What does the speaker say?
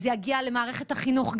זה יגיע גם למערכת החינוך.